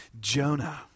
Jonah